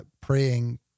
praying